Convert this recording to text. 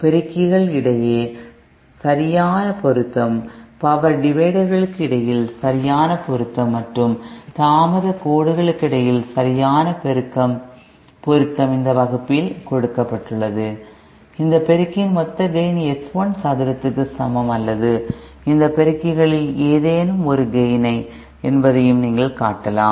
பெருக்கிகள் இடையே சரியான பொருத்தம் பவர் டிவைடர்களுக்கிடையில் சரியான பொருத்தம் மற்றும் தாமதக் கோடுகளுக்கு இடையில் சரியான பொருத்தம் இந்த வகுப்பில் கொடுக்கப்பட்டுள்ளது இந்த பெருக்கியின் மொத்த கேய்ன் S1 சதுரத்திற்கு சமம் அல்லது இந்த பெருக்கிகளில் ஏதேனும் ஒரு கேய்ன் என்பதையும் நீங்கள் காட்டலாம்